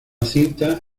cinta